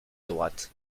droite